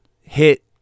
hit